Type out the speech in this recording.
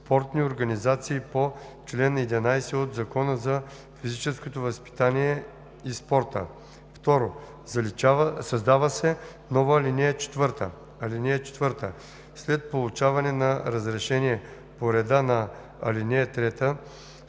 „спортни организации по чл. 11 от Закона за физическото възпитание и спорта“. 2. Създава се нова ал. 4: „(4) След получаване на разрешение по реда на ал. 3,